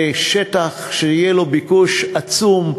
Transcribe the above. זה שטח שיהיה לו ביקוש עצום,